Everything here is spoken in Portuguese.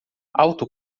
auto